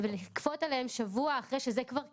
ולכפות עליהם שבוע אחרי שזה כבר קיצור,